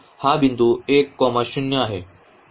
तर हा बिंदू 10 आहे